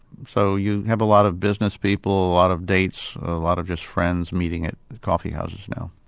so you have a lot of business people, a lot of dates, a lot of just friends meeting at coffee houses now.